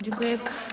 Dziękuję.